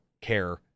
care